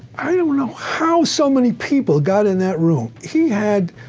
i don't know how so many people got in that room, he had,